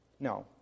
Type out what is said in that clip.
No